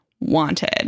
wanted